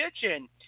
kitchen